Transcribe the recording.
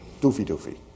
doofy-doofy